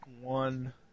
one